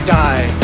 die